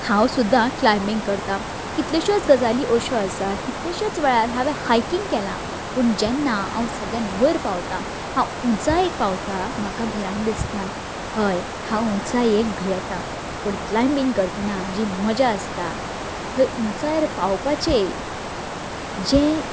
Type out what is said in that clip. हांव सुद्दां क्लायबींग करता कितल्योश्योच गजाली अश्यो आसा कितल्योश्योच वेळार हांवें हायकींग केलां पूण जेन्ना हांव सगल्यान वयर पावता हांव उंचायेक पावता म्हाका भिरांत दिसता हय हांव उंचायेक भियेता पूण क्लायबींग करतना जी मजा आसता थंय उंचायेर पावपाचें जें